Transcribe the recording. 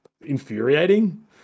infuriating